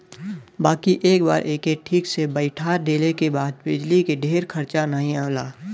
बाकी एक बार एके ठीक से बैइठा देले के बाद बिजली के ढेर खरचा नाही आवला